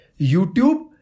YouTube